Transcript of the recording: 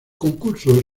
concurso